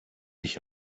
ich